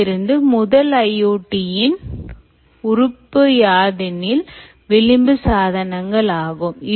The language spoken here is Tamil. இதிலிருந்து முதல் IoT இன் முதல் உறுப்புயாதெனில் விளிம்பு சாதனங்கள் ஆகும்